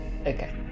Okay